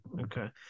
Okay